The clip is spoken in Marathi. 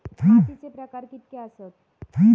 मातीचे प्रकार कितके आसत?